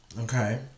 Okay